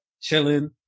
chilling